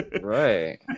right